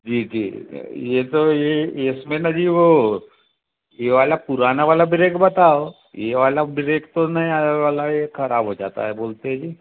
जी जी ये तो ये इसमें ना जी वो ये वाला पुराना वाला ब्रेक बताओ ये वाला ब्रेक तो नया वाला ये खराब हो जाता है बोलते है जी